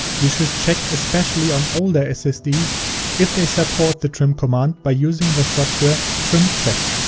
you should check especially on older ssds if they support the trim command by using the software trimcheck.